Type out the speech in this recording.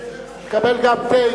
תקבל גם תה,